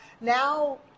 now